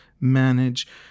manage